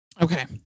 okay